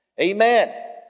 Amen